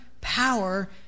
power